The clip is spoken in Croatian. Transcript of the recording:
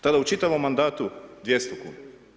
Tada u čitavom mandatu 200 kuna.